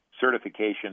certification